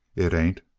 it ain't.